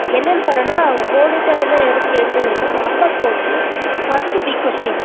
என்னென்னு பார்த்தோனா அவங்க கோடிட்ட எடுத்த எடுத்து எழுதுறத விட நம்பர் போட்டு ஃபர்ஸ்டு பிக் கோஸின்